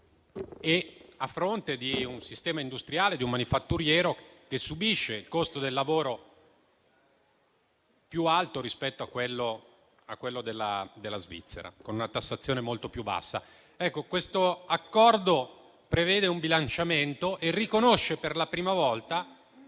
a fronte di un sistema industriale e manifatturiero che subisce un costo del lavoro più alto rispetto a quello della Svizzera, con una tassazione molto più bassa. L'Accordo in esame prevede un bilanciamento e riconosce, per la prima volta,